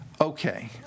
Okay